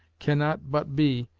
cannot but be,